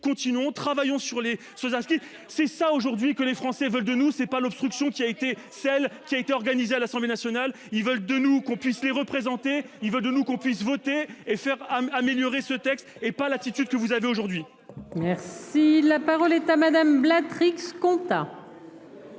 continuons travaillant sur les choses inscrites c'est ça aujourd'hui que les Français veulent de nous c'est pas l'obstruction qui a été celle qui a été organisée à l'Assemblée nationale, ils veulent de nous qu'on puisse les représenter, il veut de nous, qu'on puisse voter et faire à améliorer ce texte et pas l'attitude que vous avez aujourd'hui. Merci la parole est à madame Trix compta.